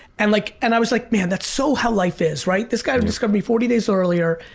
and like and i was like, man, that's so how life is, right? this guy who discovered me forty days earlier,